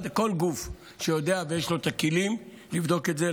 כל גוף שיודע ויש לו את הכלים לבדוק את זה,